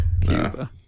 Cuba